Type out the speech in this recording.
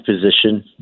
position